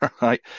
right